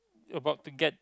about to get